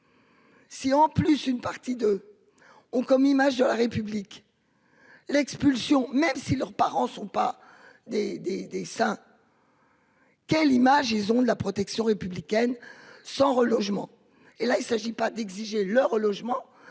Si en plus une partie de. Comme image de la République. L'expulsion même si leurs parents sont pas des des des saints. Quelle image ils ont de la protection républicaine sans relogement et là il s'agit pas d'exiger le relogement